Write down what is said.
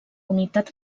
unitat